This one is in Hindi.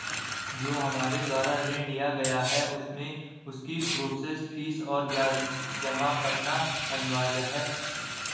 जो हमारे द्वारा ऋण लिया गया है उसमें उसकी प्रोसेस फीस और ब्याज जमा करना अनिवार्य है?